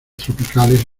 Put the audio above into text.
tropicales